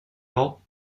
all